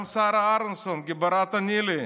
גם שרה אהרנסון, גיבורת ניל"י,